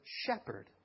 shepherd